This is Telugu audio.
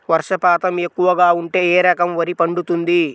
వర్షపాతం ఎక్కువగా ఉంటే ఏ రకం వరి పండుతుంది?